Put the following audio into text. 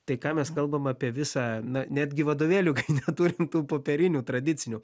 tai ką mes kalbam apie visą na netgi vadovėlių neturim tų popierinių tradicinių